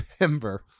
remember